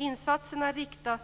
Insatserna riktas